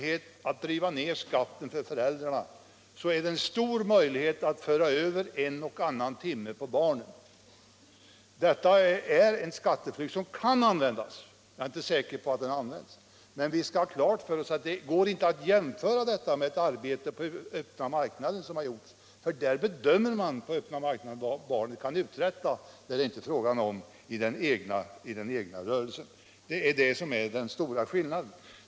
Vill föräldrarna minska sin skatt, har de stora möjligheter att föra över en eller annan timme på barnen. Detta är en möjlighet till skatteflykt som kan användas, men jag är inte säker på att den används. Men vi skall ha klart för oss att det inte går att jämföra detta med det arbete som har utförts på den öppna marknaden. Där bedömer man vad barnen kan uträtta, men det är inte fråga om det i den egna rörelsen. Det är detta som är den stora skillnaden.